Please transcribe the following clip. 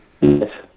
Yes